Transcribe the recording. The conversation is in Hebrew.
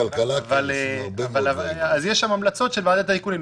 יש המלצות של ועדת הטייקונים,